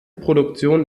produktion